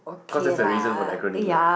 cause that's the reason for the acronym right